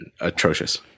atrocious